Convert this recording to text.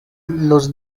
los